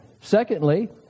Secondly